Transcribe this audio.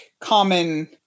common